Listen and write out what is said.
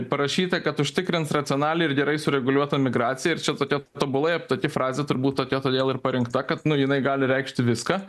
parašyta kad užtikrins racionaliai ir gerai sureguliuotą migraciją ir čia tokia tobulai aptaki frazė turbūt tokia todėl ir parinkta kad nu jinai gali reikšti viską